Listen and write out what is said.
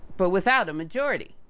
but without a majority.